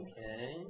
Okay